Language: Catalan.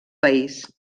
país